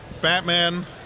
Batman